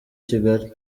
kigali